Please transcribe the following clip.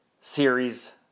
series